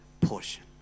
portion